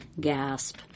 gasp